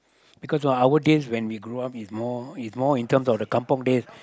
because when our days when we grew up is more is more in terms of the kampung days